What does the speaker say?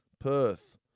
Perth